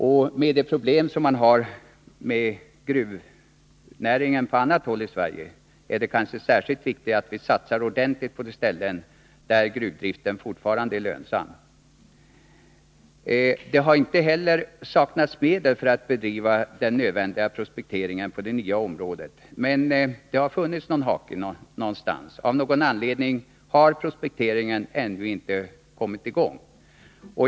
Med tanke på de problem man har i gruvnäringen på annat håll i Sverige är det kanske särskilt viktigt att vi satsar ordentligt på de ställen där gruvdriften fortfarande är lönsam. Det har inte heller saknats medel för att bedriva den nödvändiga prospekteringen på det nya området, men det har funnits någon hake; av någon anledning har prospekteringen ändå inte kommit i gång.